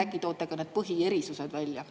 Äkki toote need põhierinevused välja?